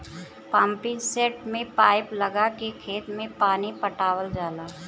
pumpset में pipe लगा के खेत में पानी पटावल जाला